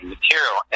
material